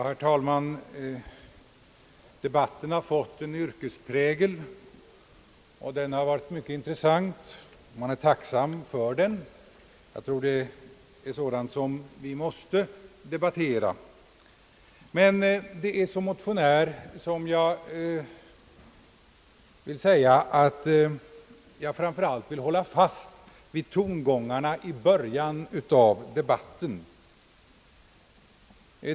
Herr talman! Debatten har fått en yrkesprägel och den har varit mycket intressant. Jag tror detta är sådant, som vi måste få debattera. Som motionär vill jag emellertid framför allt hålla fast vid tongångarna i början av debatten.